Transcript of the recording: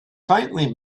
faintly